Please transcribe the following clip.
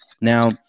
Now